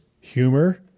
humor